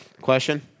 Question